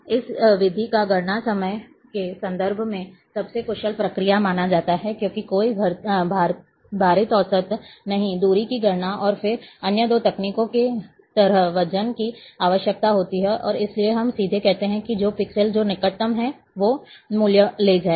इस विधि को गणना समय के संदर्भ में सबसे कुशल प्रक्रिया माना जाता है क्योंकि कोई भारित औसत नहीं दूरी की गणना और फिर अन्य दो तकनीकों की तरह वजन की आवश्यकता होती है और इसलिए हम सीधे कहते हैं कि पिक्सेल जो निकटतम है वह मूल्य ले जाएगा